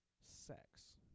Sex